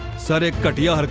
sunny deol,